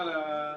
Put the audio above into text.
נתונים.